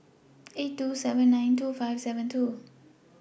eight two seven nine two five seven two